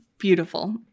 beautiful